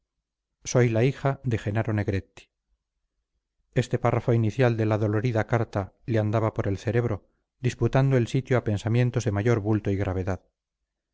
soy la hija de jenaro negretti este párrafo inicial de la dolorida carta le andaba por el cerebro disputando el sitio a pensamientos de mayor bulto y gravedad